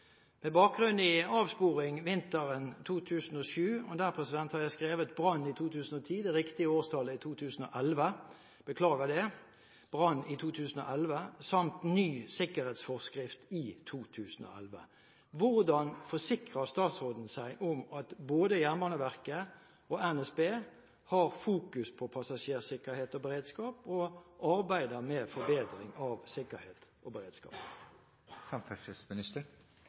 Med bakgrunn i avsporing vinter 2007 og» – her har jeg skrevet «brannen i 2010», jeg beklager det, det riktige årstallet er 2011 – «brannen i 2011 samt ny sikkerhetsstyringsforskrift i 2011: Hvordan forsikrer statsråden seg om at både Jernbaneverket og NSB har fokus på passasjersikkerhet og beredskap og arbeider med forbedring av sikkerhet og beredskap?»